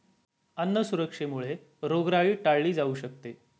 अन्न सुरक्षेमुळे रोगराई टाळली जाऊ शकते